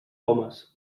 homes